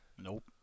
Nope